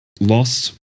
lost